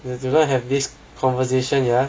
you do not have this conversation ya